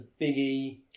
Biggie